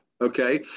okay